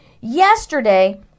Yesterday